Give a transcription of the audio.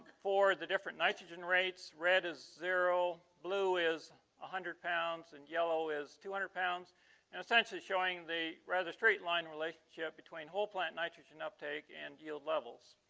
for the different nitrogen rates red is zero blue is a hundred pounds and yellow is two hundred pounds and essentially showing the rather straight-line relationship between whole plant nitrogen uptake and yield levels